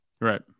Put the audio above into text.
Right